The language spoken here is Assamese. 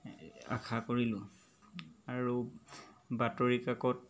আশা কৰিলোঁ আৰু বাতৰি কাকত